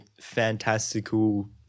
fantastical